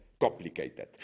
complicated